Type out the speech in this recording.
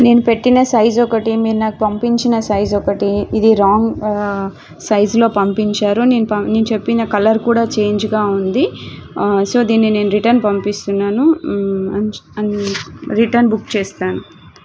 నేను పెట్టిన సైజ్ ఒకటి మీరు నాకు పంపించిన సైజు ఒకటి ఇది రాంగ్ సైజులో పంపించారు నేను పం చెప్పిన కలర్ కూడా చేంజ్గా ఉంది సో దీన్ని నేను రిటర్న్ పంపిస్తున్నాను రిటర్న్ బుక్ చేస్తాను